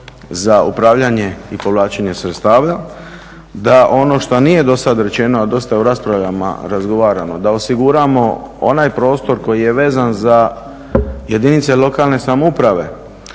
za upravljanje i povlačenje sredstava, da ono što nije do sad rečeno, a dosta u raspravama razgovaramo, da osiguramo onaj prostor koji je vezan za jedinice lokalne samouprave,